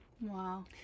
Wow